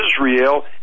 Israel